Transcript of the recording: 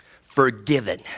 Forgiven